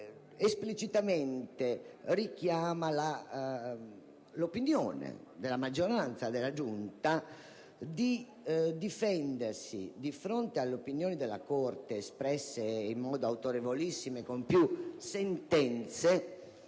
esplicitamente richiama l'opinione della maggioranza della Giunta sull'opportunità di difendersi di fronte all'interpretazione della Corte espressa in modo autorevolissimo con più sentenze,